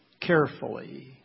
carefully